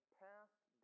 passed